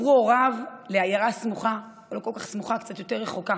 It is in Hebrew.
עברו הוריו לעיירה סמוכה, לא כל כך סמוכה,